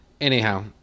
anyhow